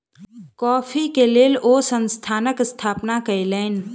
coffee के लेल ओ संस्थानक स्थापना कयलैन